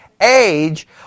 age